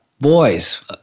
boys